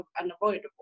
unavoidable